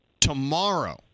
tomorrow